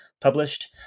published